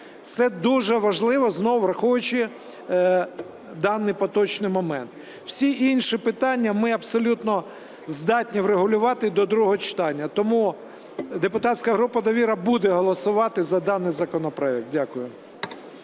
Це дуже важливо, знову враховуючи даний поточний момент. Всі інші питання ми абсолютно здатні врегулювати до другого читання. Тому депутатська група "Довіра" буде голосувати за даний законопроект. Дякую.